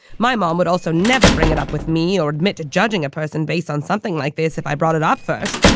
my mom would also never bring it up with me or admit to judging a person based on something like this. if i brought it up first,